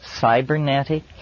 cybernetic